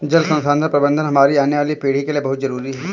जल संसाधन प्रबंधन हमारी आने वाली पीढ़ी के लिए बहुत जरूरी है